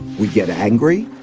we get angry,